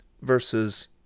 Versus